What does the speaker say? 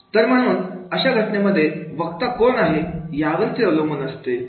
तर म्हणून अशा घटनेमध्ये वक्ता कोण आहे यावर ती अवलंबून असते